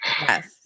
Yes